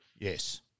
Yes